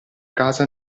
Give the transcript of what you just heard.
casa